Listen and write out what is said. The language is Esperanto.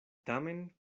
tamen